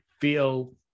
feel